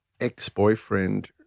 ex-boyfriend